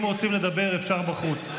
אם רוצים לדבר, אפשר בחוץ.